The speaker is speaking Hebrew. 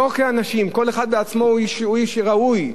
לא בגלל אנשים, כל אחד בעצמו הוא איש ראוי,